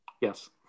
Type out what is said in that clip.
yes